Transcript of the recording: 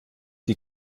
die